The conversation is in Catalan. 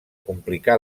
complicar